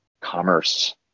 commerce